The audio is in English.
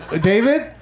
David